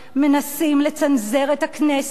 מנסים לצנזר את הכנסת,